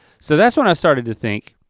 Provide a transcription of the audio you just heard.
so that's when i started to think